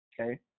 Okay